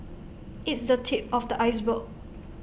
it's the tip of the iceberg